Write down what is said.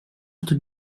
kto